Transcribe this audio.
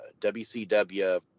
WCW